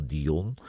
Dion